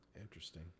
interesting